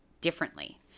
differently